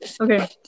Okay